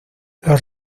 los